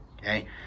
okay